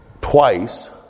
twice